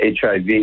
hiv